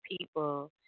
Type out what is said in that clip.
people